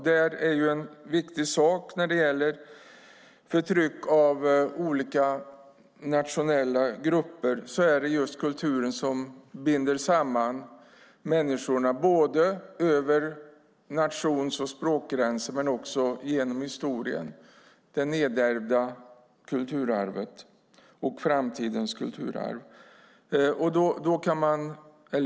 Detta är en viktig sak när man talar om förtryck av olika grupper. Det är ju kulturen som binder samman människor, både över nations och språkgränser och genom historien. Det handlar om det nedärvda kulturarvet och framtidens kulturarv.